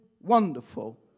wonderful